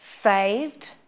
saved